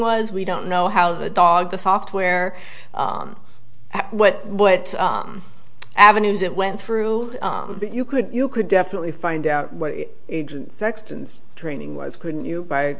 was we don't know how the dog the software what what avenues it went through you could you could definitely find out what sexton's training was couldn't you by